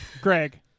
Greg